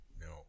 No